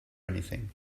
anything